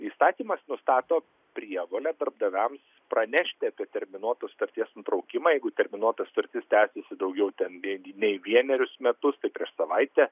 įstatymas nustato prievolę darbdaviams pranešti apie terminuotos sutarties nutraukimą jeigu terminuota sutartis tęsėsi daugiau ten bei nei vienerius metus per savaitę